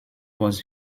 was